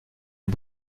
est